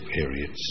periods